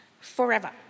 Forever